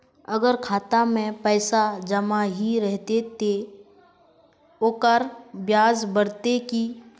अगर खाता में पैसा जमा ही रहते ते ओकर ब्याज बढ़ते की?